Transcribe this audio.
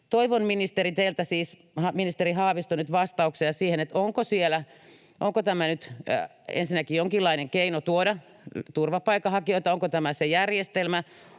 siis ministeri Haavisto — nyt vastauksia: Onko tämä nyt ensinnäkin jonkinlainen keino tuoda turvapaikanhakijoita, onko tämä se järjestelmä?